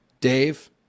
dave